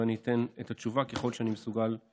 ואני אתן את התשובה ככל שאני מסוגל: